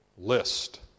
list